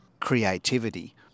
creativity